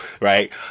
right